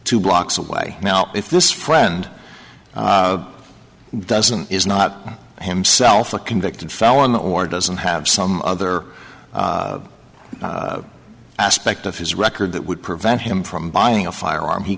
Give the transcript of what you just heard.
two blocks away now if this friend doesn't is not himself a convicted felon or doesn't have some other aspect of his record that would prevent him from buying a firearm he